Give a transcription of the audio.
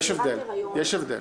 יש הבדל.